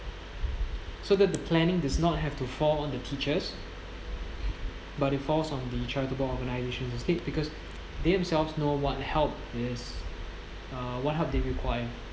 so that the planning does not have to fall on the teachers but it falls on the charitable organisation to stick because they themselves know what help is uh what help they require